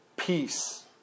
peace